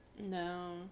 No